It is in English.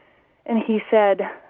and he said,